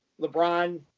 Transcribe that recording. LeBron